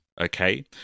okay